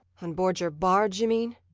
on board your barge, you mean?